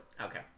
Okay